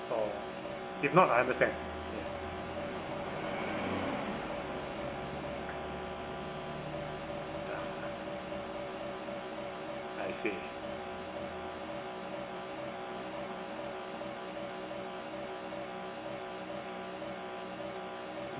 or if not I understand ah I see